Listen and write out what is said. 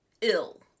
ill